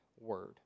word